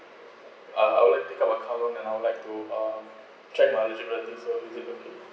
ah I would like to pick up a car loan and I would like to uh check my eligibility all is it okay